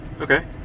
okay